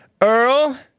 Earl